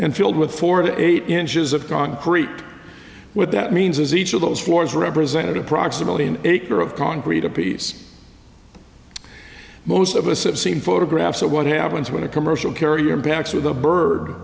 and filled with four to eight inches of concrete what that means is each of those floors represented approximately an acre of concrete a piece most of us have seen photographs of what happens when a commercial carrier impacts or the bird